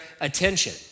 attention